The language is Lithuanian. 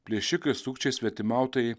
plėšikai sukčiai svetimautojai